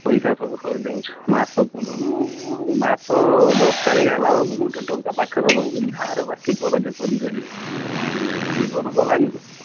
ପଇସା ସବୁ ସରି ଯାଉଛି ମାସ ପୁରୁଣୁ ମାସ ଦଶ ତାରିଖ ହେବା ବେଳକୁ ଗୋଟିଏ ଟଙ୍କା ପାଖରେ ରହୁନି ଧାର ବାକି କରଜ କରିକରି ଜୀବନ ଗଲାଣି